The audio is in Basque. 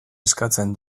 eskatzen